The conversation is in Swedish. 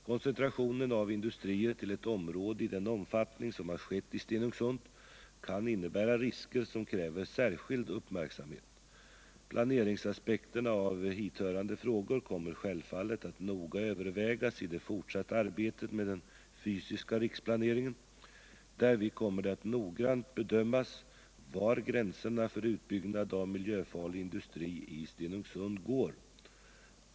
Koncentrationen av industrier till ett område i den omfattning som har skett i Stenungsund kan innebära risker som kräver särskild uppmärksamhet. Planeringsaspekterna av hithörande frågor kommer självfallet att noga övervägas i det fortsatta arbetet med den fysiska riksplaneringen. Därvid kommer det att noggrant bedömas var gränserna för utbyggnad av miljöfarlig industri i Stenungsund går.